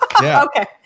Okay